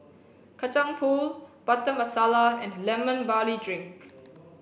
kacang Pool Butter Masala and lemon barley drink